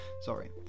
sorry